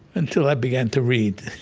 until i began to read